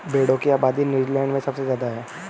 भेड़ों की आबादी नूज़ीलैण्ड में सबसे ज्यादा है